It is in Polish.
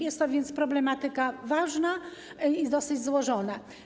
Jest to więc problematyka ważna i dosyć złożona.